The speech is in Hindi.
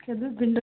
विन्डो